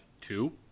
two